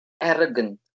arrogant